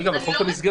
אני לא מבינה.